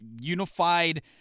unified